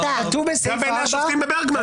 כתוב בסעיף 4 --- גם בעיני השופטים בברגמן.